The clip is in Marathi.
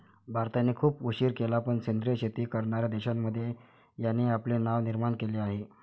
भारताने खूप उशीर केला पण सेंद्रिय शेती करणार्या देशांमध्ये याने आपले नाव निर्माण केले आहे